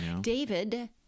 David